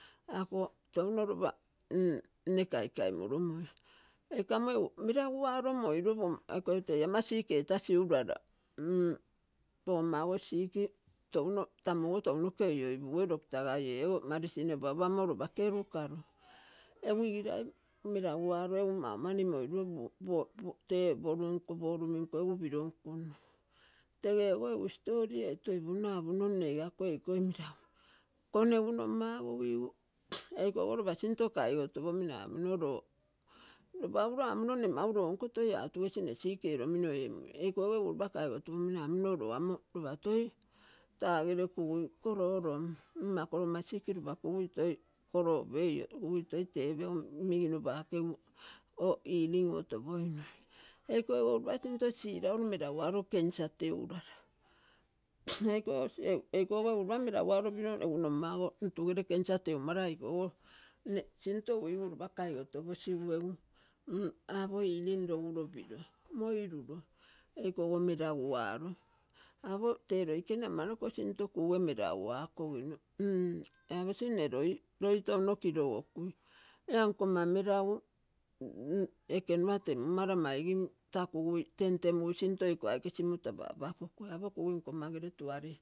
Ako touno lopa nne kaikaimoromoi. eiko amo egu meraguaro moiruro te eko tet ama sick etasi urara. logomma ogo sick touno, tamu ogo touno. ke oioipuguoi doctor gaiugo marasin opaopa mo lopa kerukaro. egu igirai meraguaro egu mau mani moiruro tee poro nko poruminko egu piro. tegeogo egu story etoipunno, apunno nne igako eikoi meragu muro. konegu nommaogo uigu eikogo lopa sinto kaigo to pomino apomino loo. lopa uro amuro nne mau lonko tai atu gesi, mne sick eromino ee mui, eiko go lopa kai go to po mino apomino loo omo lopa toi taagere kugui koro orom. ako logomma sick lopa kugui toi koro opeio. kugui toi tepegu, migino pakesu, helling uotopoinui, eikogo egu lopa sinot sirauro mera guaro centue teurara. eikogo egu lopa meraguaro piro, egu nommago nutuere centre teumara egu eikogo sinto uigu lopa kai goto posigu egu apo helling loguro piro moiruro, eikogo meragua ro. apo tee loikene tee ama sinto kuge meragu ako sino aposi mne loi, loi touno kirogokui. ia nkomma melagu ekemua temumara maigin taa kugui temtemugu sinto, iko aike sinto an-apakogui apo kugui nkomma gere tuare.